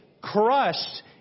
crushed